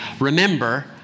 Remember